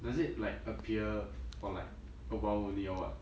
does it like appear for like a while only or what